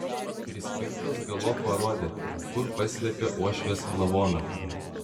prispirtas galop parodė kur paslėpė uošvės lavoną